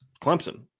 Clemson